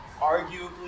arguably